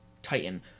titan